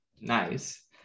nice